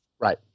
Right